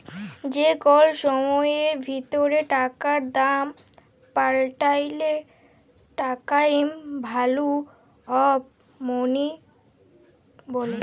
যে কল সময়ের ভিতরে টাকার দাম পাল্টাইলে টাইম ভ্যালু অফ মনি ব্যলে